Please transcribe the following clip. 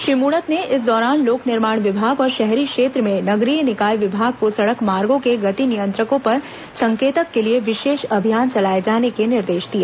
श्री मूणत ने इस दौरान लोक निर्माण विभाग और शहरी क्षेत्र में नगरीय निकाय विभाग को सड़क मार्गों के गति नियंत्रकों पर संकेतक के लिए विशेष अभियान चलाए जाने के निर्देश दिए